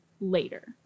later